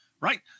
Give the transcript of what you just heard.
right